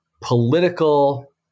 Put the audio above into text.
political